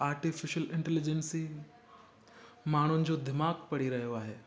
artificial intelligence माण्हुनि जो दिमाग़ु पढ़ी रहियो आहे